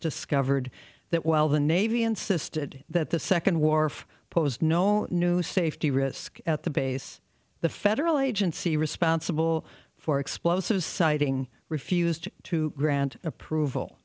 discovered that while the navy insisted that the second wharf pose no new safety risk at the base the federal agency responsible for explosives citing refused to grant approval